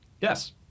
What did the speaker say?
Yes